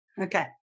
Okay